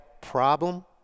problem